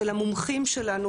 של המומחים שלנו,